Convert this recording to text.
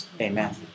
Amen